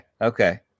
okay